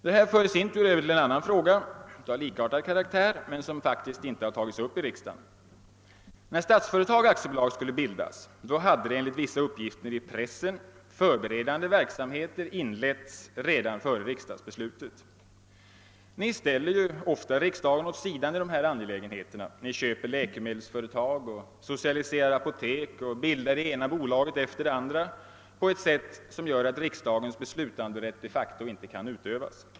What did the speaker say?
Detta för i sin tur över till en annan fråga som är av likartad karaktär men som faktiskt inte tagits upp i riksdagen. När Statsföretag AB skulle bildas hade, enligt vissa uppgifter i pressen, förberedande verksamhet inletts redan före riksdagsbeslutet. Ni ställer ju ofta riksdagen åt sidan i dessa angelägenheter. Ni köper läkemedelsföretag och socialiserar apotek och bildar det ena bolaget efter det andra på ett sådant sätt att riksdagens beslutanderätt de facto inte kan utövas.